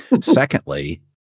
Secondly